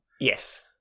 Yes